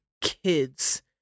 kids